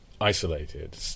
isolated